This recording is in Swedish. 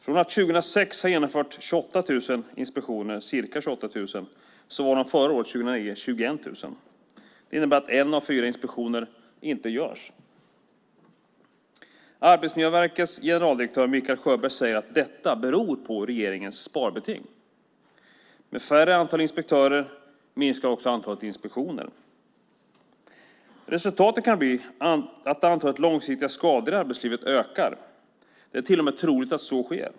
Från att man 2006 genomfört ca 28 000 inspektioner var de 21 000 förra året, 2009. Det innebär att en av fyra inspektioner inte görs. Arbetsmiljöverkets generaldirektör Mikael Sjöberg säger att detta beror på regeringens sparbeting. Med mindre antal inspektörer minskar också antalet inspektioner. Resultatet kan bli att antalet långsiktiga skador i arbetslivet ökar. Det är till och med troligt att så sker.